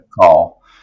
call